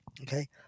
Okay